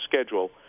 schedule